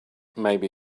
maybe